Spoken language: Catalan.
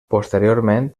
posteriorment